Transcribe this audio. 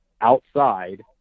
outside